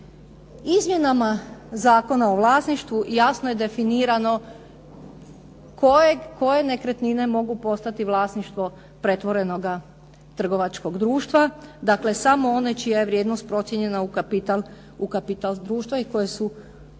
Izmjenama Zakona o vlasništvu jasno je definirano koje nekretnine mogu postati vlasništvo pretvorenoga trgovačkog društva, dakle samo one čija je vrijednost procijenjena u kapital društva i koje su iskazane